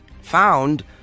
found